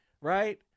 right